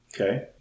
Okay